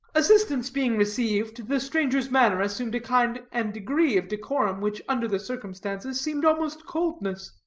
assistance being received, the stranger's manner assumed a kind and degree of decorum which, under the circumstances, seemed almost coldness.